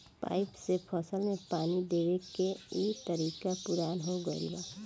pipe से फसल में पानी देवे के इ तरीका पुरान हो गईल बा